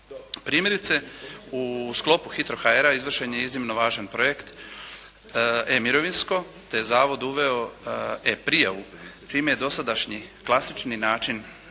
Primjerice u sklopu «Hitro HR-a» izvršen je iznimno važan projekt «E mirovinsko» te je zavod uveo E prijavu čime je dosadašnji klasični način